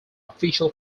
official